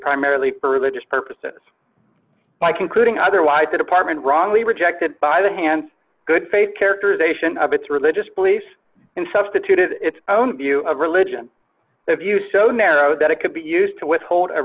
primarily for religious purposes by concluding otherwise the department wrongly rejected by the hands good faith characterization of its religious beliefs and substituted its own view of religion the view so narrow that it could be used to withhold a